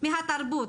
מהתרבות,